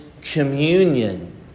communion